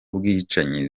bwicanyi